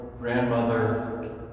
grandmother